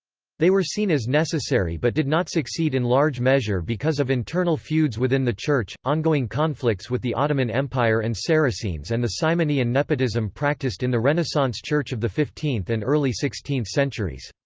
they were seen as necessary but did not succeed in large measure because of internal feuds within the church, ongoing conflicts with the ottoman empire and saracenes and the simony and nepotism practiced in the renaissance church of the fifteenth and early sixteenth centuries.